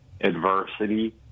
adversity